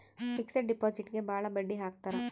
fixed ಡಿಪಾಸಿಟ್ಗೆ ಭಾಳ ಬಡ್ಡಿ ಹಾಕ್ತರ